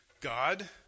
God